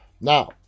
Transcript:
Now